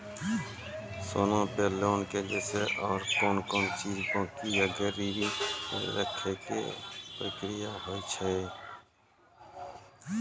सोना पे लोन के जैसे और कौन कौन चीज बंकी या गिरवी रखे के प्रक्रिया हाव हाय?